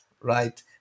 right